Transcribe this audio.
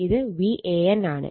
ഇത് Van ആണ്